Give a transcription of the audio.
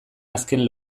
azken